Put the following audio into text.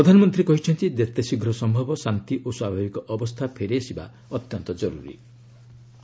ପ୍ରଧାନମନ୍ତ୍ରୀ କହିଛନ୍ତି ଯେତେଶୀଘ୍ର ସମ୍ଭବ ଶାନ୍ତି ଓ ସ୍ୱାଭାବିକ ଅବସ୍ଥା ଫେରିଆସିବା ଅତ୍ୟନ୍ତ ଜର୍ତ୍ରରି